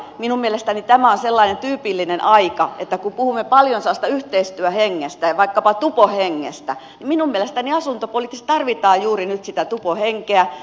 minun mielestäni tämä on sellainen tyypillinen aika että kun puhumme paljon sellaisesta yhteistyöhengestä ja vaikkapa tupohengestä niin minun mielestäni asuntopolitiikassa tarvitaan juuri nyt sitä tupohenkeä